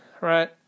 right